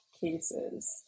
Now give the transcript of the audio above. cases